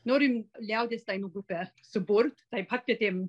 norim liaudies dainų grupę suburt tai pakvietėm